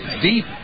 deep